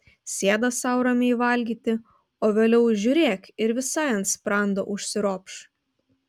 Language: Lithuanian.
sėda sau ramiai valgyti o vėliau žiūrėk ir visai ant sprando užsiropš